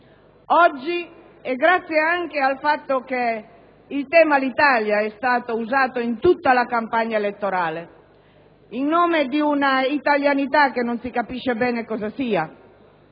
Oggi, grazie anche al fatto che il tema Alitalia è stato usato in tutta la campagna elettorale, in nome di un'italianità che non si capisce bene cosa sia,